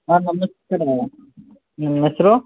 ಹಾಂ ನಮಸ್ಕಾರ ನಿಮ್ಮ ಹೆಸ್ರು